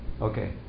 Okay